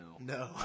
No